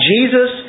Jesus